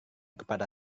kepada